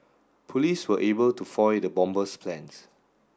police were able to foil the bomber's plans